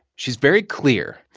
she's very clear.